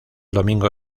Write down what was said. domingo